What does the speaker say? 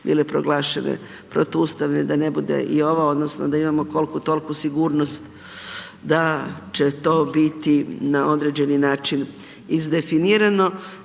odredbe bile proglašene protuustavne, da ne bude i ova odnosno da imamo kolku tolku sigurnost da će to biti na određeni način izdefinirano